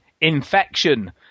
Infection